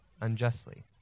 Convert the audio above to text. unjustly